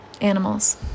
animals